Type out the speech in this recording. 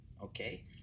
Okay